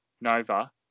Nova